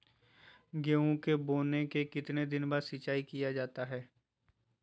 गेंहू के बोने के कितने दिन बाद सिंचाई किया जाता है?